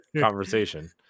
conversation